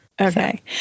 Okay